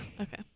Okay